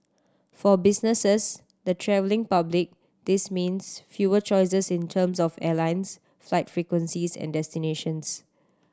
for businesses the travelling public this means fewer choices in terms of airlines flight frequencies and destinations